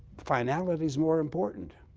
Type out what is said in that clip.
finality is more important.